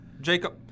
Jacob